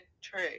true